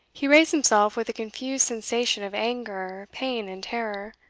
he raised himself with a confused sensation of anger, pain, and terror,